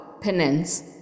penance